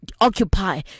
occupy